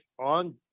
on